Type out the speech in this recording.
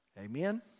Amen